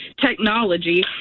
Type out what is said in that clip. technology